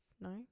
No